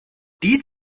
dies